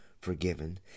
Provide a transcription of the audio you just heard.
forgiven